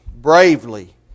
bravely